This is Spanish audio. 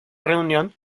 reunión